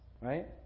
Right